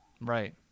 Right